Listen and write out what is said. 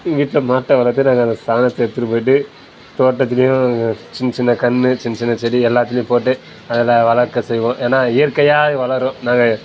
வீட்டில் மாட்டை வளர்த்து நாங்கள் அந்த சாணத்தை எடுத்துகிட்டு போய்விட்டு தோட்டத்துலையும் சின்ன சின்ன கன்று சின்ன சின்ன செடி எல்லாத்துலையும் போட்டு அதில் வளர்க்க செய்வோம் ஏன்னா இயற்கையாய் வளரும் நாங்கள்